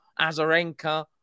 Azarenka